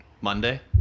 monday